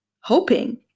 hoping